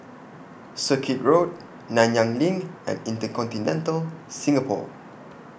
Circuit Road Nanyang LINK and InterContinental Singapore